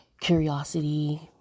curiosity